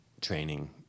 training